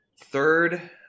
Third